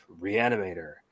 reanimator